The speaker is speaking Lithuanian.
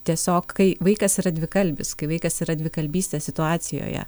tiesiog kai vaikas yra dvikalbis kai vaikas yra dvikalbystės situacijoje